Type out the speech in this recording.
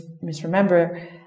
misremember